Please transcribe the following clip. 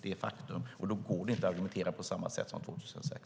Det är faktum, och då går det inte att argumentera på samma sätt som 2006.